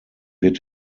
wird